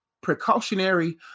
Precautionary